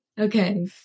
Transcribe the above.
Okay